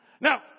Now